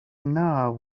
now